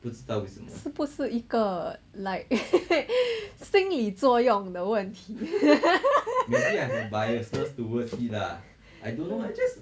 是不是一个 like 心理作用的问题